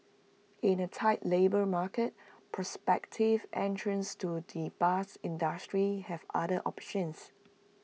in A tight labour market prospective entrants to the bus industry have other options